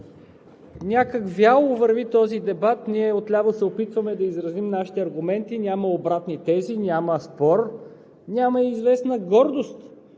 Някак вяло върви този дебат. Ние отляво се опитваме да изразим нашите аргументи. Няма обратни тези, няма спор, няма и известна гордост